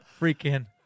freaking